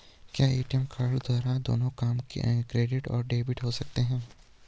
क्या ATM card द्वारा दोनों काम क्रेडिट या डेबिट हो सकता है?